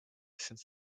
since